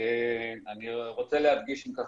אני רוצה להדגיש,